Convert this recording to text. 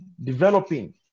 developing